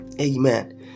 Amen